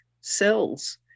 cells